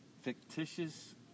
fictitious